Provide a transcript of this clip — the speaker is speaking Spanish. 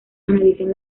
analizan